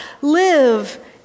live